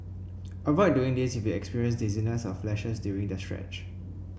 avoid doing this if you experience dizziness or flashes during the stretch